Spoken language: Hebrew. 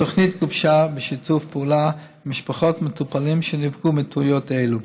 התוכנית גובשה בשיתוף פעולה עם משפחות ומטופלים שנפגעו מטעויות כאלה.